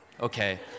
okay